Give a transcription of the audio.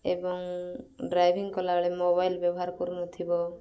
ଏବଂ ଡ୍ରାଇଭିଂ କଲାବେଳେ ମୋବାଇଲ ବ୍ୟବହାର କରୁନଥିବ